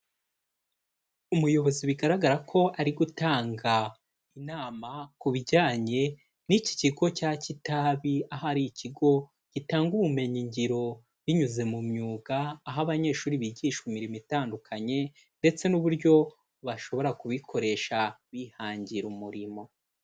Umuyobozi bigaragara ko ari gutanga inama ku bijyanye n'iki kigo cya Kitabi, aho ari ikigo gitanga ubumenyi ngiro binyuze mu myuga, aho abanyeshuri bigishwa imirimo itandukanye ndetse n'uburyo bashobora kubikoresha bihangira umurimo.